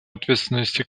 ответственности